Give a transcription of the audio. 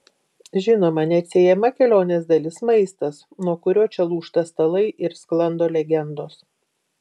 žinoma neatsiejama kelionės dalis maistas nuo kurio čia lūžta stalai ir sklando legendos